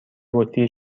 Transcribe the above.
بطری